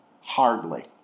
Hardly